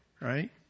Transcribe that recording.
Right